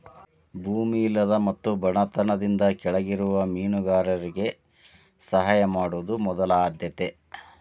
ಭೂಮಿ ಇಲ್ಲದ ಮತ್ತು ಬಡತನದಿಂದ ಕೆಳಗಿರುವ ಮೇನುಗಾರರಿಗೆ ಸಹಾಯ ಮಾಡುದ ಮೊದಲ ಆದ್ಯತೆ